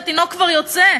כשהתינוק כבר יוצא,